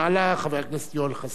חבר הכנסת יואל חסון,